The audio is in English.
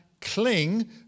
Cling